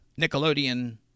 Nickelodeon